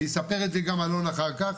ויספר את זה גם אלון אחר כך,